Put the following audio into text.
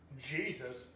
Jesus